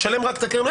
תשלם רק את הקרן?